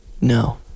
no